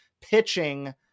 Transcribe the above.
pitching